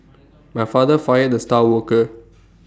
my father fired the star worker